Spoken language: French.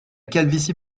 calvitie